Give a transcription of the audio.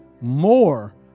More